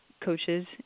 coaches